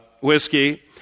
whiskey